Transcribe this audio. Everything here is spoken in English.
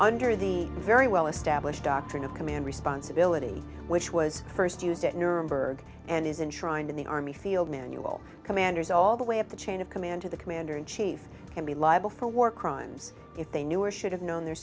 under the very well established doctrine of command responsibility which was first used at nuremberg and is in trying to the army field manual commanders all the way up the chain of command to the commander in chief can be liable for war crimes if they knew or should have known their